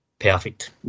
perfect